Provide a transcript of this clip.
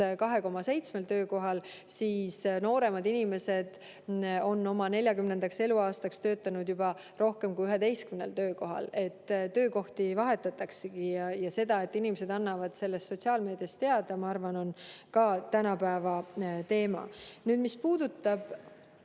2,7 töökohal, siis nooremad inimesed on oma 40. eluaastaks keskmiselt töötanud juba rohkem kui 11 töökohal. Töökohti vahetataksegi ja seda, et inimesed annavad sellest sotsiaalmeediast teada, ma arvan, on ka tänapäeva teema. Mis puudutab